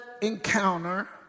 encounter